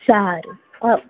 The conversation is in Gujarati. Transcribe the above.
સારું હા